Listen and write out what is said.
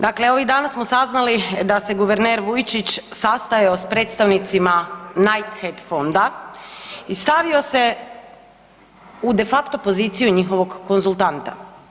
Dakle, ovih dana smo saznali da se guverner Vujčić sastajao sa predstavnicima Knighthead fonda i stavio se u de facto poziciju njihovog konzultanta.